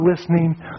listening